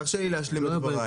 תרשה לי להשלים את דבריי.